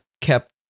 kept